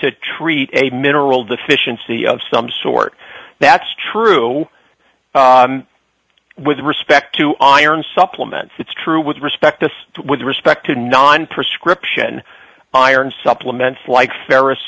to treat a mineral deficiency of some sort that's true with respect to iron supplements it's true with respect to with respect to non prescription iron supplements like ferr